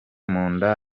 munda